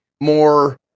more